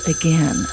again